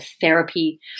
therapy